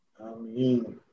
Amen